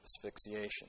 asphyxiation